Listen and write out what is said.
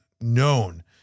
known